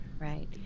Right